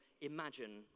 imagine